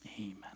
Amen